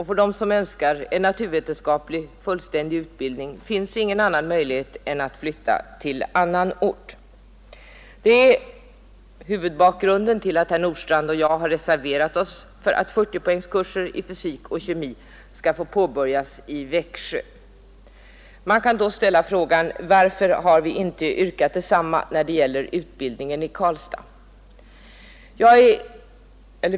För dem som önskar en fullständig naturvetenskaplig utbildning finns ingen annan möjlighet än att flytta till anhan ort. Detta är huvudbakgrunden till att herr Nordstrandh och jag reserverat oss till förmån för att 40-poängskurser i fysik och kemi skall få påbörjas i Växjö. Man kan då ställa frågan: Varför har vi inte yrkat detsamma när det gäller utbildningen i Karlstad?